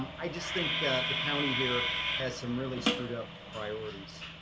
um i just think the county here had some really screwed up priorities.